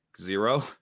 zero